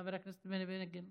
חבר הכנסת בני בגין.